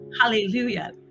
Hallelujah